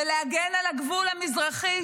ולהגן על הגבול המזרחי,